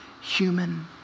human